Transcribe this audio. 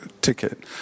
ticket